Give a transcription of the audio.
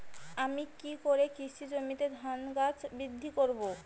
আমি কী করে কৃষি জমিতে ধান গাছ বৃদ্ধি করব?